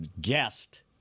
guest